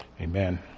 Amen